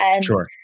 Sure